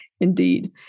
Indeed